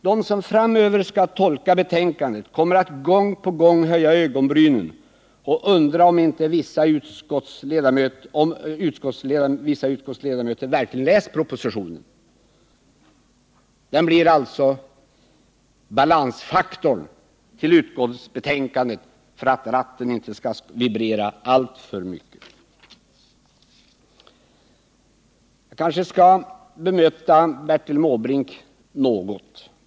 De som framöver skall tolka betänkandet kommer gång på gång att höja ögonbrynen och undra om vissa utskottsledamöter verkligen läst propositionen. Det är alltså den som får bli balansfaktorn för att inte ratten skall vibrera alltför mycket. Jag kanske också skall bemöta Bertil Måbrink.